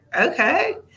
okay